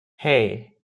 hey